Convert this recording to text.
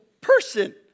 person